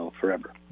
forever